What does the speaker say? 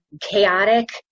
chaotic